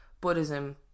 Buddhism